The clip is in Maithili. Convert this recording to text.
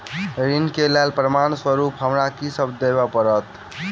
ऋण केँ लेल प्रमाण स्वरूप हमरा की सब देब पड़तय?